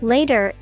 Later